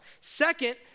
Second